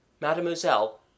Mademoiselle